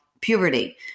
puberty